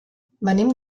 venim